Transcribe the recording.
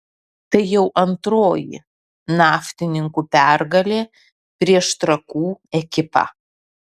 tai jau antroji naftininkų pergalė prieš trakų ekipą